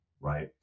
right